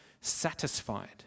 satisfied